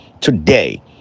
Today